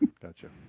Gotcha